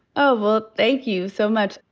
oh, well, thank you so much.